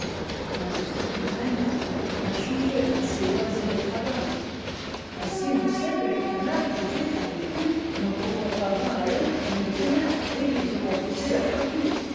l'industrie humaine ne peut rien changer à ces lois irréfragables ainsi l'on sait que les canards couvés par une poule n'en courront pas moins à l'eau comme des canards dès qu'ils auront brisé leur coquille